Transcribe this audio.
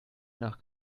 nach